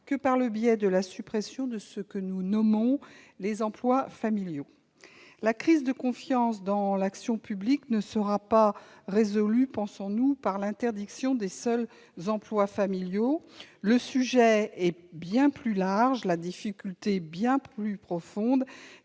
que par le biais de la suppression de ce que nous nommons les « emplois familiaux ». Selon nous, la crise de confiance dans l'action publique ne sera pas résolue par l'interdiction des seuls emplois familiaux. Le sujet est bien plus large ; la difficulté est bien plus profonde